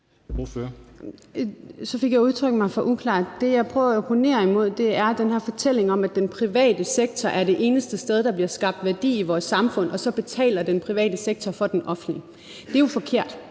Så fik jeg udtrykt mig for uklart. Det, jeg prøvede at opponere imod, er den her fortælling om, at den private sektor er det eneste sted, der bliver skabt værdi i vores samfund, og så betaler den private sektor for den offentlige. Det er jo forkert,